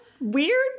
weird